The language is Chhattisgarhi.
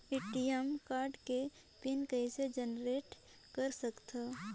ए.टी.एम कारड के पिन कइसे जनरेट कर सकथव?